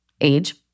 age